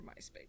myspace